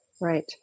right